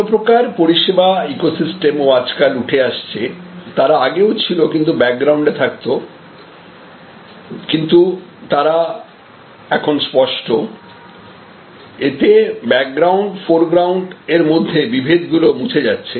অন্যপ্রকার পরিষেবা ইকোসিস্টেম ও আজকাল উঠে আসছে তারা আগেও ছিল কিন্তু ব্যাকগ্রাউন্ডে থাকতো কিন্তু এখন তারা স্পষ্ট এতে ব্যাকগ্রাউন্ড ফরগ্রাউন্ড এর মধ্যে বিভেদ গুলো মুছে যাচ্ছে